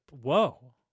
Whoa